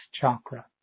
chakra